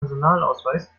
personalausweis